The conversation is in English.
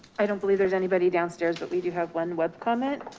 i don't believe there's anybody downstairs, but we do have one web comment.